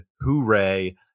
Hooray